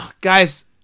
Guys